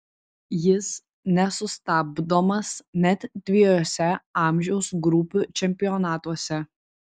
jis nesustabdomas net dviejuose amžiaus grupių čempionatuose